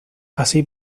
así